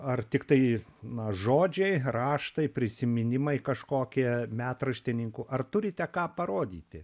ar tiktai na žodžiai raštai prisiminimai kažkokie metraštininkų ar turite ką parodyti